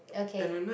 okay